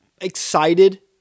excited